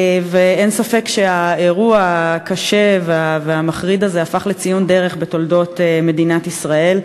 ואין ספק שהאירוע הקשה והמחריד הזה הפך לציון דרך בתולדות מדינת ישראל.